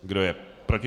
Kdo je proti?